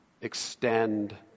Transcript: extend